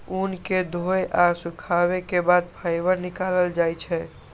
ऊन कें धोय आ सुखाबै के बाद फाइबर निकालल जाइ छै